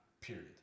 Period